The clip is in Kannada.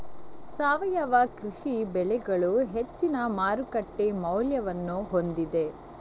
ಸಾವಯವ ಕೃಷಿ ಬೆಳೆಗಳು ಹೆಚ್ಚಿನ ಮಾರುಕಟ್ಟೆ ಮೌಲ್ಯವನ್ನು ಹೊಂದಿದೆ